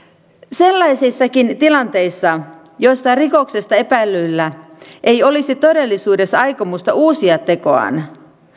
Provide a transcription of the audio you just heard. sellaisissakin tilanteissa joissa rikoksesta epäillyllä ei olisi todellisuudessa aikomusta uusia tekoaan